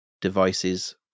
devices